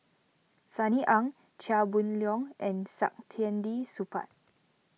Sunny Ang Chia Boon Leong and Saktiandi Supaat